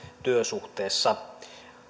työsuhteessa